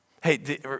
Hey